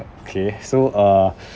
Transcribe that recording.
okay so uh